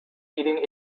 eating